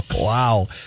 Wow